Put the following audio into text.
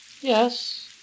yes